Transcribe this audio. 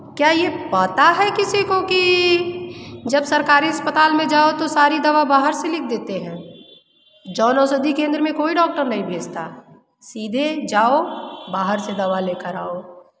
क्या यह पता है किसी को कि जब सरकारी अस्पताल में जाओ तो सारी दवा बाहर से लिख देते हैं जन औषधि केंद्र में कोई डोक्टर नहीं भेजता सीधे जाओ बाहर से दवा लेकर आओ